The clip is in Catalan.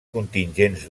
contingents